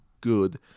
good